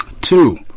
Two